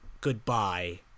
Goodbye